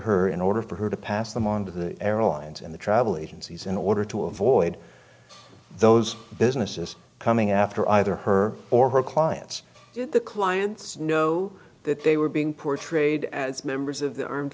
her in order for her to pass them on to the airlines and the travel agencies in order to avoid those businesses coming after either her or her clients the clients know that they were being portrayed as members of the